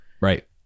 Right